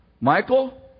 Michael